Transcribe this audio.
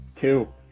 Two